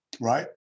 right